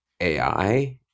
AI